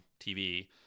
TV